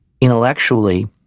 intellectually